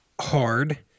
hard